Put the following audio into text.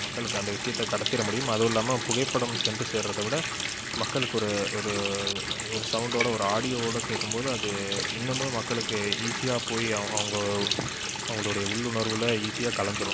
மக்களுக்கு அந்த விஷயத்த கடத்திட முடியும் அதுவும் இல்லாமல் புகைப்படம் சென்று சேருகிறத விட மக்களுக்கு ஒரு ஒரு ஒரு சவுண்டோடு ஒரு ஆடியோவோடு கேட்கும்போது அது இன்னுமும் மக்களுக்கு ஈஸியாக புரியும் அவுங்க அவங்களுடைய உள்ளுணர்வில் ஈஸியாக கலந்துடும்